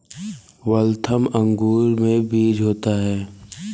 Waltham अंगूर में बीज होता है